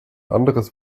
anderes